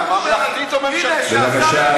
בבקשה.